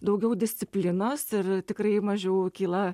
daugiau disciplinos ir tikrai mažiau kyla